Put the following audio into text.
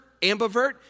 ambivert